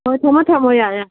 ꯍꯣꯏ ꯊꯝꯃꯣ ꯊꯝꯃꯣ ꯌꯥꯔꯦ ꯌꯥꯔꯦ